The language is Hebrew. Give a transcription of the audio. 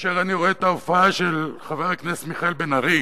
וכאשר אני רואה את ההופעה של חבר הכנסת מיכאל בן-ארי,